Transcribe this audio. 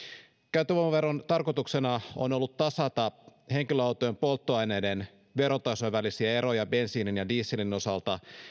käyttövoimaveron tarkoituksena on ollut tasata henkilöautojen polttoaineiden verotasojen välisiä eroja bensiinin ja dieselin osalta